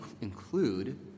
include